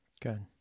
Good